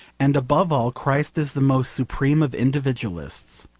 and above all, christ is the most supreme of individualists.